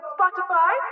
Spotify